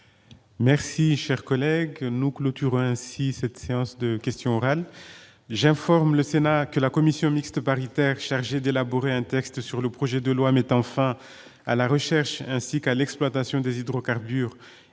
terminé avec les réponses à des questions orales. J'informe le Sénat que la commission mixte paritaire chargée d'élaborer un texte sur le projet de loi mettant fin à la recherche ainsi qu'à l'exploitation des hydrocarbures